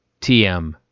TM